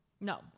No